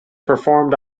performed